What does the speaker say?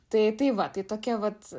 tai tai va tai tokia vat